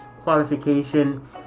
qualification